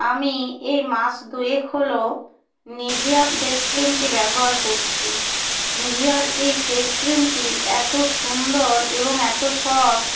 আমি এই মাস দুয়েক হলো নিভিয়া ফেস ক্রিমটি ব্যবহার করছি নিভিয়ার এই ফেস ক্রিমটি এত সুন্দর এবং এত সফট